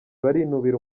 barinubira